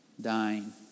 dying